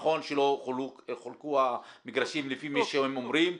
נכון שלא חולקו המגרשים לפי מי שהם אומרים,